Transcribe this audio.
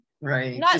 right